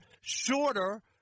shorter